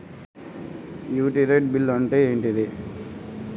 Utility bill అంటే ఏంటిది?